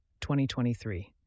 2023